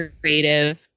creative